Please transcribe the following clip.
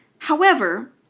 however,